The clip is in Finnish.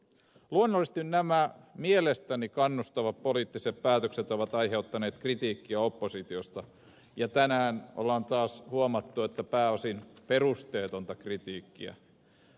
luonnollisesti nämä mielestäni kannustavat poliittiset päätökset ovat aiheuttaneet kritiikkiä oppositiosta ja tänään on taas huomattu että se on ollut pääosin perusteetonta kritiikkiä